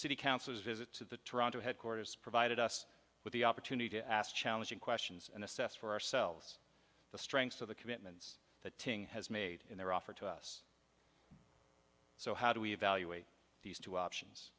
city council's visit to the toronto headquarters provided us with the opportunity to ask challenging questions and assess for ourselves the strength of the commitments the t'ing has made in their offer to us so how do we evaluate these two options